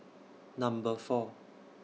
Number four